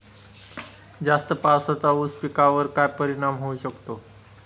जास्त पावसाचा ऊस पिकावर काय परिणाम होऊ शकतो?